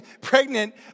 pregnant